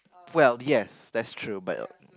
well yes that's true but